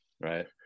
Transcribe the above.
Right